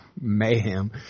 mayhem